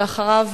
לאחר מכן